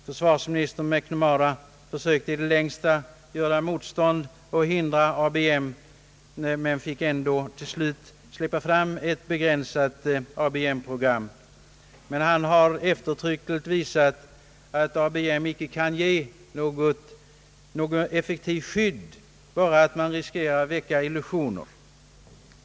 Försvarsminister McNamara försökte att i det längsta göra motstånd och hindra ABM men fick ändå till slut släppa fram ett begränsat ABM-program. Men han har eftertryckligt visat att ABM icke kan ge något effektivt skydd, bara riskera att väcka illusioner.